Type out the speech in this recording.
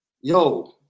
Yo